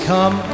Come